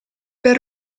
per